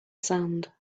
sand